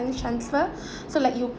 ~ance transfer so like you